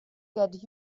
get